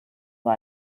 vor